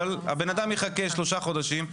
אבל בן האדם יחכה שלושה חודשים.